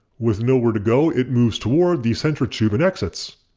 with nowhere to go it moves toward the center tube and exits.